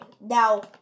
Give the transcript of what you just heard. now